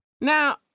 Now